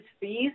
fees